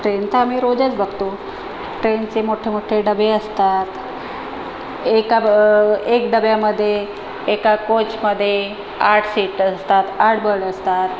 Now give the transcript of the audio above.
train तर आम्ही रोजच बघतो ट्रेनचे मोठ्ठे मोठ्ठे डबे असतात एका ब एक डब्यामध्ये एका कोचमध्ये आठ सीट असतात आठ बर्थ असतात